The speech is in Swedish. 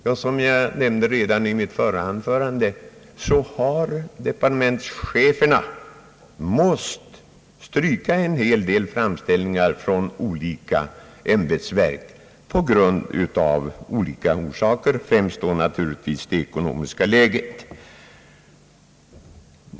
Ja, som jag nämnde redan i mitt första anförande har departementscheferna av olika orsaker, främst naturligtvis det ekonomiska läget, måst stryka en hel del äskanden från olika ämbetsverk.